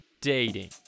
Dating